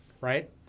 Right